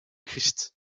christ